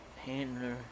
handler